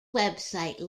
website